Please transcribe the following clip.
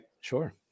Sure